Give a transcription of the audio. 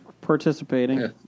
participating